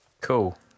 Cool